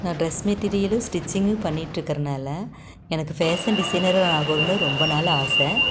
நான் dress material stitching பண்ணிட்ருக்கனால எனக்கு ஃபேஷன் டிசைனராகணுன்னு ரொம்ப நாளாச